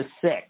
six